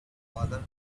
father